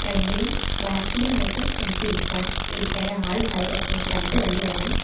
ഫ്രണ്ടിലും ബാക്കിലുമായിട്ട് നമുക്ക് ഇരിക്കാം ഇരിക്കാനെ ആളുണ്ടാവു പക്ഷെ എനിക്ക് രണ്ട് വണ്ടി വേണം